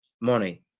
money